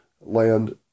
land